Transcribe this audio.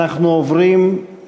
מה עושים עם זה?